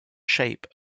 shape